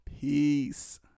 peace